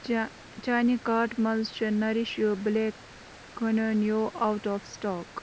چا چانہِ کاٹ منٛز چھِ نٔرِش یہِ بٕلیک کٔنونِیو آوُٹ آف سٕٹاک